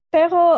Pero